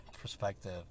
perspective